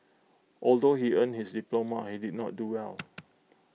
although he earned his diploma he did not do well